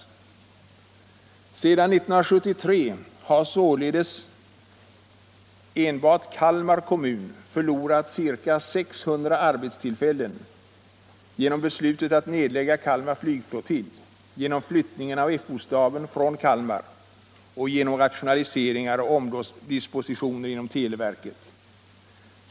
Efter 1973 har således enbart Kalmar kommun förlorat ca 600 arbetstillfällen genom beslutet att nedlägga Kalmar flygflottilj, genom flyttningen av Fo-staben från Kalmar och genom rationaliseringar och omdisponeringar inom televerket.